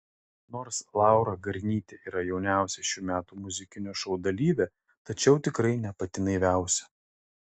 nors laura garnytė yra jauniausia šių metų muzikinio šou dalyvė tačiau tikrai ne pati naiviausia